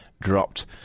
dropped